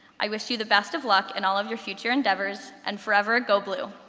i wish you the best of luck in all of your future endeavors, and forever go blue.